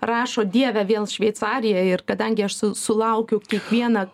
rašo dieve vėl šveicarija ir kadangi aš su sulaukiu kiekvieną